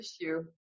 issue